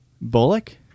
Bullock